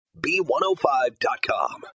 B105.com